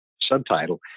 Subtitle